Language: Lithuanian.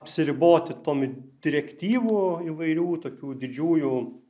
apsiriboti tomis direktyvų įvairių tokių didžiųjų